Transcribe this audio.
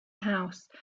house